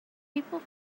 people